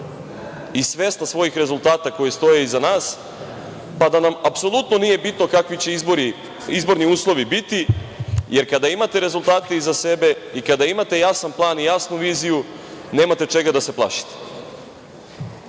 i svesna svojih rezultata koji stoje iza nas, pa da nam apsolutno nije bitno kakvi će izborni uslovi biti, jer kada imate rezultate iza sebe i kada imate jasan plan, jasnu viziju, nemate čega da se plašite.O